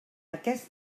aquest